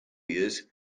years